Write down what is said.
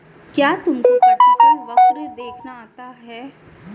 क्या तुमको प्रतिफल वक्र देखना आता है?